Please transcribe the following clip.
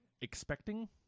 expecting